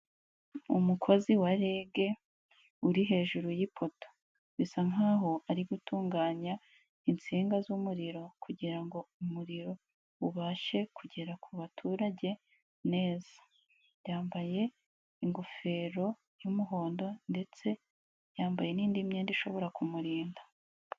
Umukozi wa REG uri hejuru yipoto bisa nkaho ari gutunganya insinga z'umuriro kugirango umuriro ubashe kugera ku baturage neza. Yambaye ingofero yumuhondo, ndetse yambaye n'indi myenda ishobora kumurinda.